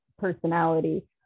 personality